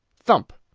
thump!